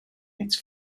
its